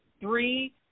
three